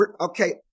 Okay